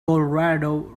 colorado